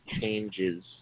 changes